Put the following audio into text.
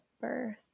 birth